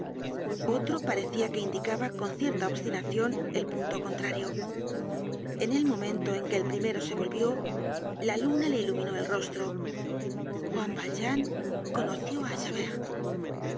otro parecia que indicaba con cierta obstinacion el punto contrario en el momento en que el primero se voió la luna le iluminó el rostro juan valjean conoció á